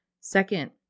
second